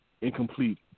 incomplete